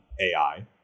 AI